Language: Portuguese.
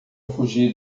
fugir